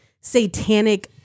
satanic